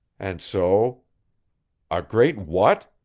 and so a great what?